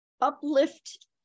Uplift